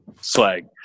slag